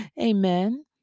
amen